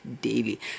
daily